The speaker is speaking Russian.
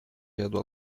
ряду